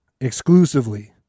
exclusively